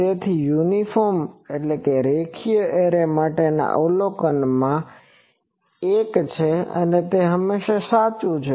તેથી યુનિફોર્મ રેખીય એરે માટેનાં આ અવલોકનોમાંનું એક છે અને તે હંમેશા સાચું છે